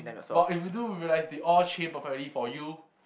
but if you do realise they all perfectly for you